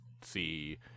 see